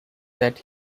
that